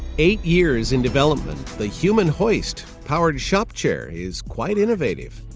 eight years in development, the human hoist powered shop chair is quite innovative.